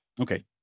okay